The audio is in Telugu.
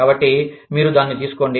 కాబట్టి మీరు దానిని తీసుకోండి